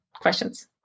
questions